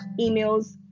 emails